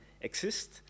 exist